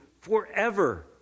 forever